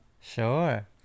Sure